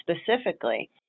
specifically